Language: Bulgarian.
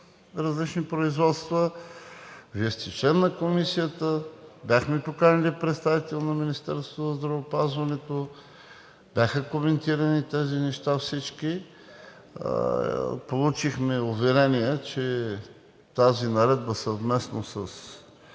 различни производства. Вие сте член на Комисията, бяхме поканили представител на Министерството на здравеопазването, бяха коментирани всички тези неща. Получихме уверение, че тази наредба съвместно с